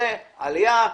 עלייה,